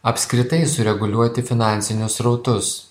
apskritai sureguliuoti finansinius srautus